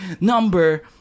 number